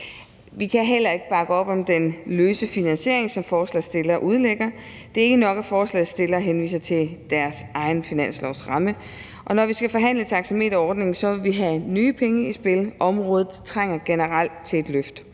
Vi kan heller ikke bakke op om den løse finansiering, som forslagsstillerne udlægger. Det er ikke nok, at forslagsstillerne henviser til deres egen finanslovsramme. Når vi skal forhandle taxameterordningen, vil vi have nye penge i spil. Området trænger generelt til et løft.